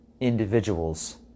individuals